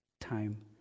time